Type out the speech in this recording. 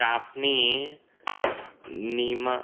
સ્ટાફની નીમ